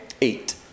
eight